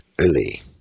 Early